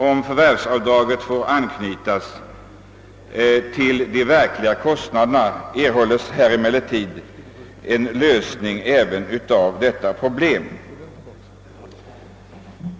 Om förvärvsavdraget i stället anknytes till de verkliga kostnaderna, så får man även det problemet löst.